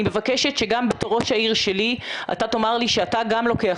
אני מבקשת שגם בתור ראש העיר שלי אתה תאמר לי שאתה גם לוקח